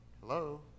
Hello